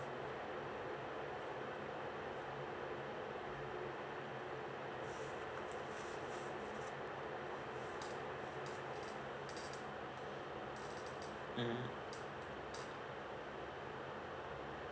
mmhmm